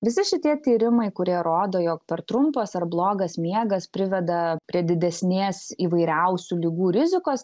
visi šitie tyrimai kurie rodo jog per trumpas ar blogas miegas priveda prie didesnės įvairiausių ligų rizikos